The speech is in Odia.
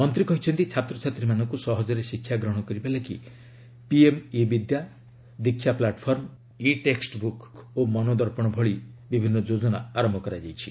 ମନ୍ତ୍ରୀ କହିଛନ୍ତି ଛାତ୍ରଛାତ୍ରୀମାନଙ୍କୁ ସହଜରେ ଶିକ୍ଷା ଗ୍ରହଣ କରିବା ଲାଗି PM e Vidya Diksha platform e textbook ଓ ମନୋଦର୍ପଣ ଭଳି ବିଭିନ୍ନ ଯୋଜନା ଆରମ୍ଭ କରାଯାଇଛି